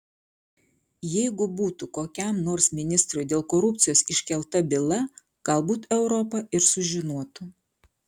jeigu būtų kokiam nors ministrui dėl korupcijos iškelta byla galbūt europa ir sužinotų